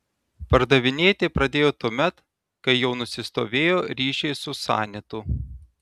pardavinėti pradėjo tuomet kai jau nusistovėjo ryšiai su sanitu